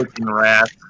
rats